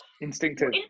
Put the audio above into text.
Instinctive